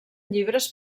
llibres